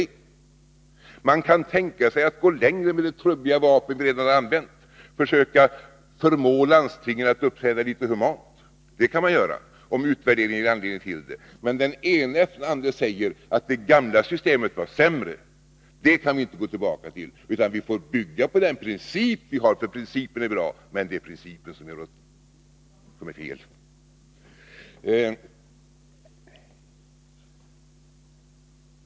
Man kan tänka sig att, om utvärderingen ger anledning till detta, gå längre med det trubbiga vapen vi redan använt — försöka förmå landstingen att uppträda litet humant. Men den ene efter den andre säger att det gamla systemet var sämre — det kan vi inte gå tillbaka till, utan vi får bygga på den princip vi har, för principen är bra. Men det är principen som är felaktig.